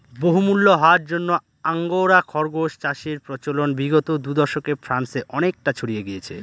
বহুমূল্য হওয়ার জন্য আঙ্গোরা খরগোস চাষের প্রচলন বিগত দু দশকে ফ্রান্সে অনেকটা ছড়িয়ে গিয়েছে